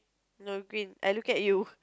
no green I look at you